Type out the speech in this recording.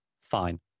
fine